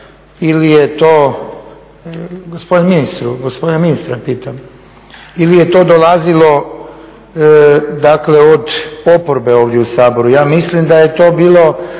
ili je to dolazilo dakle od oporbe ovdje u Saboru? Ja mislim da je to bilo